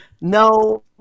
No